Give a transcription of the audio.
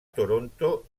toronto